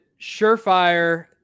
surefire